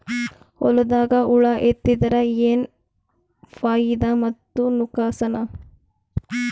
ಹೊಲದಾಗ ಹುಳ ಎತ್ತಿದರ ಏನ್ ಫಾಯಿದಾ ಮತ್ತು ನುಕಸಾನ?